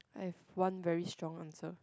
I've one very strong answer